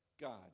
God